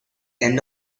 end